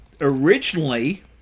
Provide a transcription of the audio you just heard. Originally